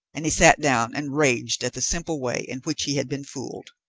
and he sat down and raged at the simple way in which he had been fooled.